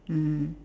mm